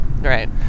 Right